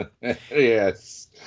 Yes